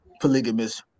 polygamous